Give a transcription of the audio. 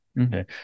Okay